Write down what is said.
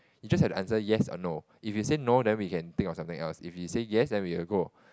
you just have to answer yes or no if you say no then we can think of something else if you say yes then we will go